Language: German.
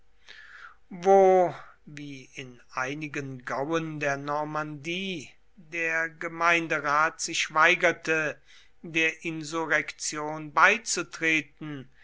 wo wie in einigen gauen der normandie der gemeinderat sich weigerte der insurrektion beizutreten